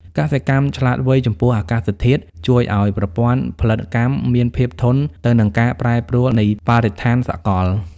កសិកម្មឆ្លាតវៃចំពោះអាកាសធាតុ ជួយឱ្យប្រព័ន្ធផលិតកម្មមានភាពធន់ទៅនឹងការប្រែប្រួលនៃបរិស្ថានសកល។